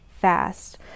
fast